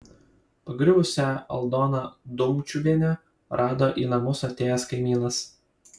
pargriuvusią aldoną dumčiuvienę rado į namus atėjęs kaimynas